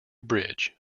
bridge